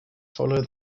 follow